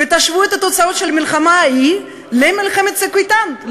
ותשוו את התוצאות של המלחמה ההיא למלחמת "צוק איתן",